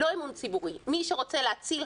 מי שרוצה להציל ילדים,